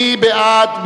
מי בעד?